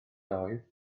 oedd